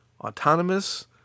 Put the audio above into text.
autonomous